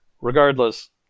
Regardless